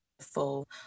full